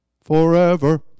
Forever